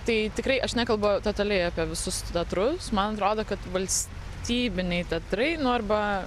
tai tikrai aš nekalbu totaliai apie visus teatrus man atrodo kad valstybiniai teatrai nu arba